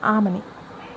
Amani